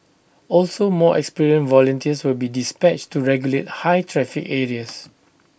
also more experienced volunteers will be dispatched to regulate high traffic areas